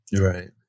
Right